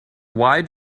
why